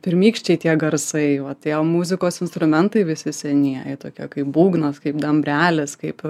pirmykščiai tie garsai vat ėjo muzikos instrumentai visi senieji tokie kaip būgnas kaip dambrelis kaip